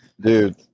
Dude